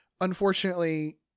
unfortunately